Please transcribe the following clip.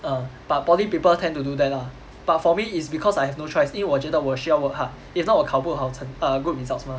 嗯 but poly people tend to do that lah but for me it's because I have no choice 因为我觉得我需要 work hard if not 我考不好成 err good results mah